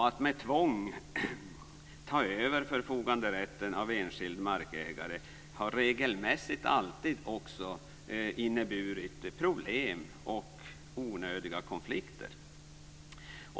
Att med tvång ta över förfoganderätten från enskild markägare har regelmässigt inneburit problem och onödiga konflikter.